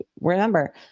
remember